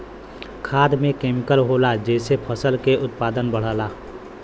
खाद में केमिकल होला जेसे फसल के उत्पादन बढ़ला